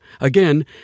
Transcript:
Again